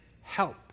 help